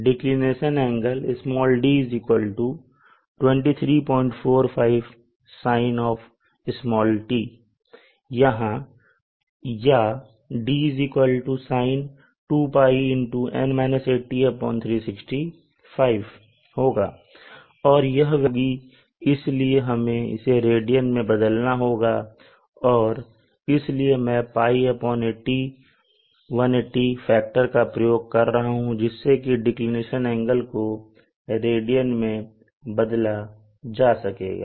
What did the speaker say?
declination angle d 2345 Sin या dSin 2Π365 होगा और यह वेल्यू डिग्री में होगी इसलिए हमें इसे रेडियन में बदलना होगा और इसलिए मैं Π180 फैक्टर का प्रयोग कर रहा हूं जिससे डिक्लिनेशन एंगल को रेडियन में बदला जा सकेगा